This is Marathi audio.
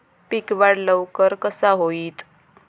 पीक वाढ लवकर कसा होईत?